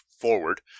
forward